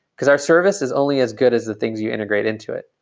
because our service is only as good as the things you integrate into it.